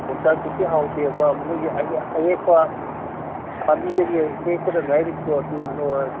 ꯌꯣꯡꯆꯥꯛꯇꯨꯗꯤ ꯍꯥꯎꯇꯦꯕ ꯃꯣꯏꯒꯤ ꯑꯍꯦꯛꯄ ꯄꯥꯝꯕꯤꯗꯒꯤ ꯍꯦꯛꯄꯗ ꯉꯥꯏꯔꯤꯕꯗꯣ ꯑꯗꯨ ꯂꯧꯔꯒꯦ